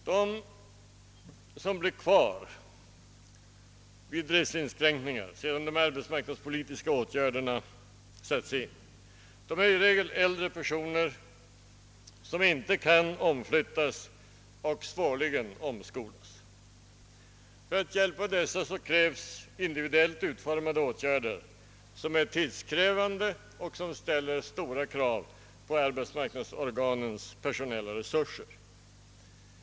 De som blir kvar sedan de arbetsmarknadspolitiska åt gärderna satts in efter driftsinskränkningar är i regel äldre personer som inte kan omflyttas och svårligen omskolas. För att hjälpa dessa grupper krävs individuellt utformade åtgärder som är tidskrävande och som ställer stora krav på arbetsmarknadsorganens personella resurser.